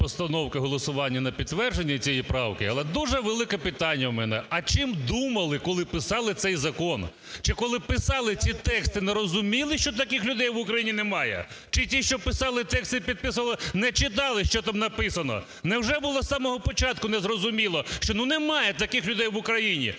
постановки голосування на підтвердження цієї правки. Але дуже велике питання в мене. А чим думали, коли писали цей закон? Чи коли писали ці тексти не розуміли, що таких людей в Україні немає? Чи ті, що писали тексти, підписували, не читали, що там написано? Невже було з самого початку незрозуміло, що, ну, немає таких людей в Україні.